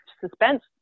suspense